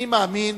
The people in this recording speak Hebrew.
אני מאמין